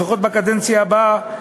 לפחות בקדנציה הבאה,